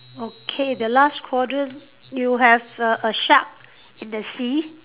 okay the last quadrant you have a a shark in the sea